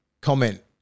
comment